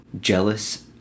jealous